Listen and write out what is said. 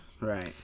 Right